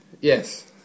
Yes